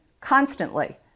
constantly